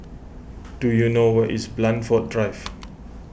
do you know where is Blandford Drive